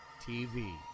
TV